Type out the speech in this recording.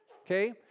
okay